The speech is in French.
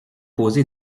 posé